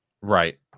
right